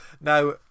Now